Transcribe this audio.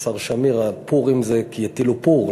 השר שמיר, פורים זה כי הטילו פור.